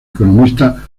economista